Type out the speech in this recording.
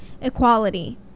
Equality